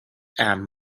and